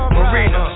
Marina